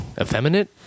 effeminate